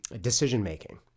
decision-making